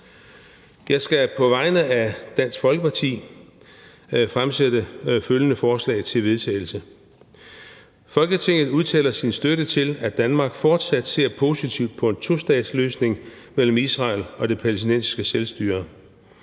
Jeg skal på vegne af Dansk Folkeparti fremsætte følgende: Forslag til vedtagelse »Folketinget udtaler sin støtte til, at Danmark fortsat ser positivt på en tostatsløsning mellem Israel og Det Palæstinensiske Selvstyre.